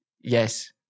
Yes